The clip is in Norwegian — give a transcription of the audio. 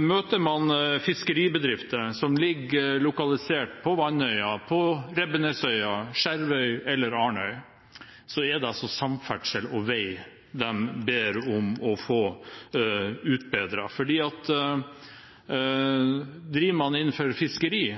Møter man fiskeribedrifter, som er lokalisert på Vannøya, på Rebbenesøya, på Skjervøy eller Arnøy, er det samferdsel og vei de ber om å få utbedret. For driver man innenfor fiskeri,